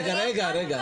רגע, רגע.